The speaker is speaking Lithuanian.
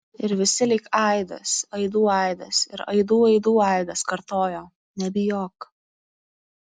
ir visi lyg aidas aidų aidas ir aidų aidų aidas kartojo nebijok